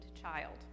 child